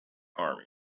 army